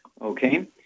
Okay